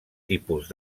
tipus